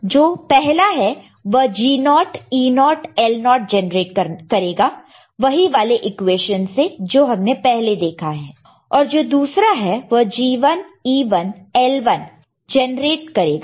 जो पहला है वह G0 naught naught E0 naught naught L0 naught naught generate करेगा वही वाले इक्वेशन से जो हमने पहले देखा था और जो दूसरा है वह G1 E1 L1 जेनरेट करेगा